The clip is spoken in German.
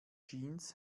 jeans